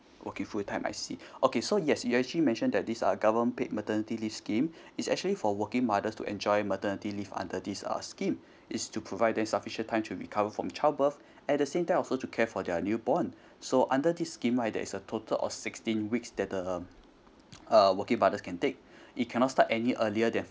okay full time I see okay so yes you actually mention that these are government paid maternity leave scheme is actually for working mothers to enjoy maternity leave under these uh scheme is to provide them sufficient time to recover from child birth at the same time also to care for their new born so under this scheme right there's a total of sixteen weeks that the uh working mothers can take it cannot start any earlier than